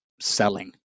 selling